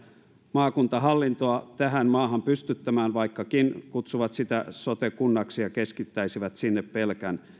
maakuntahallintoa tähän maahan pystyttämään vaikkakin kutsuvat sitä sote kunnaksi ja keskittäisivät sinne pelkän